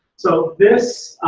so this.